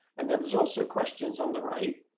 and then there's also questions on the right.